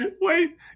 Wait